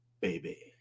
baby